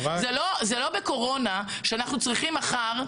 זה לא בקורונה שאנחנו צריכים מחר.